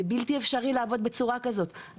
זה בלתי אפשרי לעבוד בצורה כזאת.